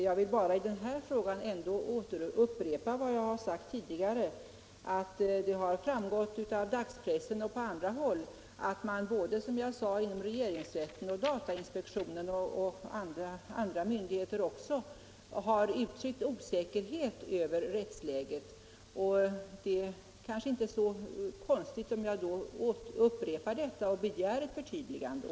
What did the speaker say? Jag vill ändå återupprepa vad jag sagt tidigare att det framgått av dagspressen och på andra håll att regeringsrätten, datainspektionen och även andra myndigheter uttryckt osäkerhet om rättsläget. Det är kanske inte så konstigt då att jag begär ett förtydligande.